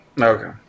Okay